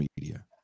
media